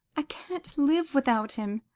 i can't live without him.